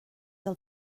del